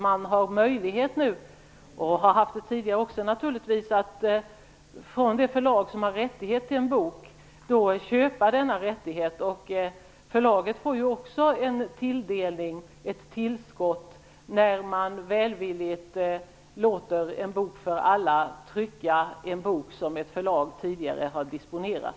Man har nu och har även tidigare haft möjlighet att från ett förlag som har rättighet till en bok köpa denna rättighet. Det förlaget får ett tillskott när det välvilligt låter En Bok För Alla trycka en bok som förlaget disponerat.